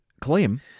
claim